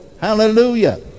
hallelujah